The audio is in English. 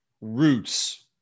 roots